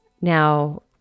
Now